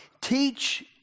Teach